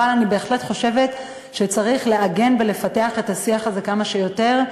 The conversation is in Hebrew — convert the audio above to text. אבל אני בהחלט חושבת שצריך לעגן ולפתח את השיח הזה כמה שיותר,